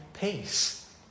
peace